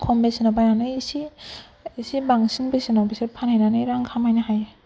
खम बेसेनाव बायनानै एसे एसे बांसिन बेसेनाव बिसोर फानहैनानै रां खामायनो हायो